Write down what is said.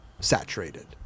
saturated